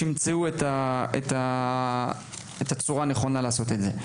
שימצאו את הצורה הנכונה לעשות את זה.